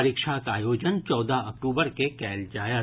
परीक्षाक आयोजन चौदह अक्टूबर के कयल जायत